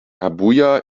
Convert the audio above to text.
abuja